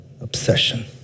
obsession